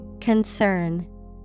Concern